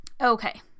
Okay